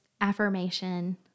affirmation